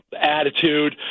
attitude